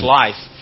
life